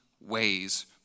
ways